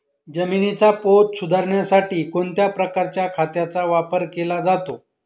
जमिनीचा पोत सुधारण्यासाठी कोणत्या प्रकारच्या खताचा वापर केला जातो?